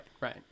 right